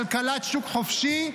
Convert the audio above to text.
כלכלת שוק חופשי,